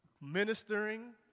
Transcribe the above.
ministering